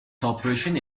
cooperation